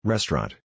Restaurant